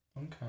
Okay